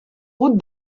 route